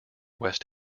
west